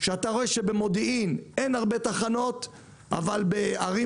כשאתה רואה שבמודיעין אין הרבה תחנות אבל בערים